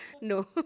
No